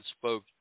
spoke